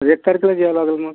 एक तारखेलाच यायला लागेल मग